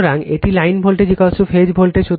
সুতরাং এটি line voltage phase voltage